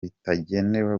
itagenewe